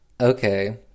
Okay